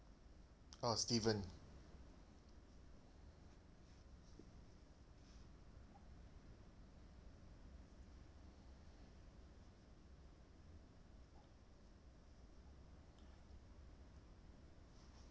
oh steven